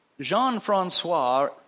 Jean-Francois